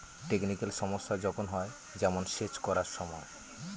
technical সমস্যা যখন হয়, যেমন সেচ করার সময়